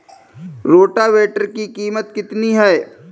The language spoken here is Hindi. रोटावेटर की कीमत कितनी है?